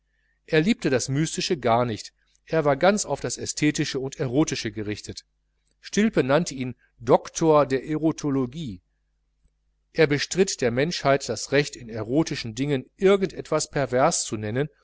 er liebte das mystische gar nicht er war ganz auf das ästhetische und erotische gerichtet stilpe nannte ihn doktor der erotologie er bestritt der menschheit das recht in erotischen dingen irgend etwas pervers zu nennen